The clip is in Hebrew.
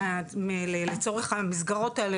לצורך המסגרות האלה,